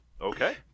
okay